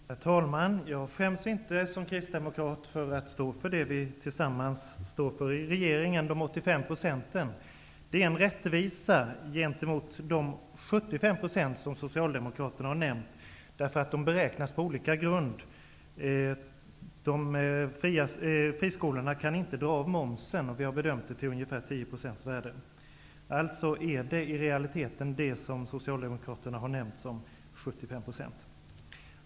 Herr talman! Jag skäms inte som kristdemokrat för att stå för det som partierna gemensamt står för i regeringen, de 85 procenten. Det är rättvist i förhållande till de 75 procent som Socialdemokraterna har nämnt, därför att beräkningarna är gjorda på olika grund. Friskolorna kan inte dra av momsen, och vi har bedömt den skillnaden gentemot de offentliga skolorna till ungefär 10 procents värde. Alltså gäller i realiteten det som Socialdemokraterna har nämnt som 75 procent.